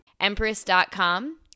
Empress.com